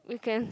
weekend